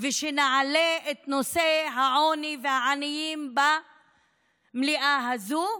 ושנעלה את נושא העוני והעניים במליאה הזאת,